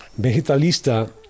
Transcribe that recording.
vegetalista